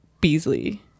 Beasley